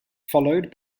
followed